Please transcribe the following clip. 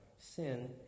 sin